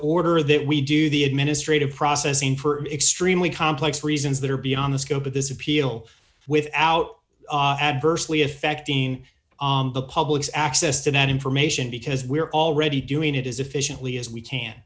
order that we do the administrative processing for extremely complex reasons that are beyond the scope of this appeal without adversely affecting the public's access to that information because we're already doing it as efficiently as we can